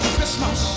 Christmas